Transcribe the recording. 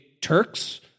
Turks